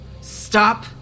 stop